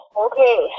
Okay